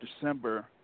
December